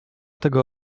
tego